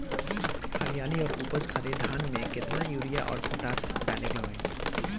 हरियाली और उपज खातिर धान में केतना यूरिया और पोटाश डाले के होई?